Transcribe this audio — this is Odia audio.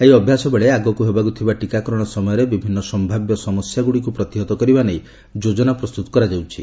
ଏହି ଅଭ୍ୟାସ ବେଳେ ଆଗକୁ ହେବାକୁ ଥିବା ଟୀକାକରଣ ସମୟରେ ବିଭିନ୍ନ ସମ୍ଭାବ୍ୟ ସମସ୍ୟାଗୁଡ଼ିକୁ ପ୍ରତିହତ କରିବା ନେଇ ଯୋଜନା ପ୍ରସ୍ତୁତ କରାଯିବ